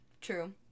True